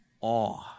awe